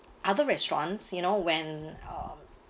other restaurants you know when uh